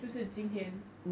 就是今天